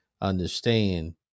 understand